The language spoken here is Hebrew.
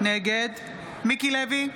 נגד מיקי לוי,